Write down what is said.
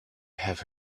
have